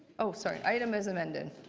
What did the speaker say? sorry. item as amended.